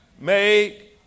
make